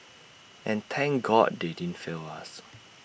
and thank God they didn't fail us